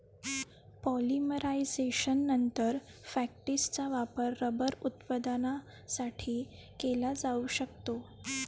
पॉलिमरायझेशननंतर, फॅक्टिसचा वापर रबर उत्पादनासाठी केला जाऊ शकतो